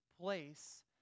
place